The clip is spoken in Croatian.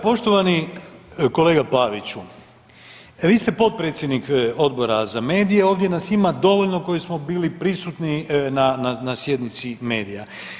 Poštovani kolega Paviću, vi ste potpredsjednik Odbora za medije ovdje nas ima dovoljno koji smo bili prisutni na sjednici medija.